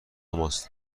ماست